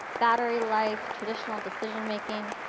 battery life, traditional decisionmaking.